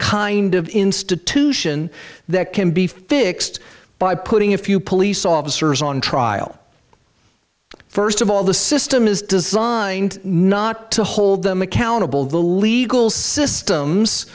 kind of institution that can be fixed by putting a few police officers on trial first of all the system is designed not to hold them accountable the legal systems